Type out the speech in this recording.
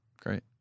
great